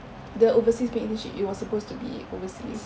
the overseas punya internship it was supposed to be overseas